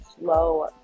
slow